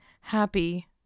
happy